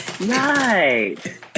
Right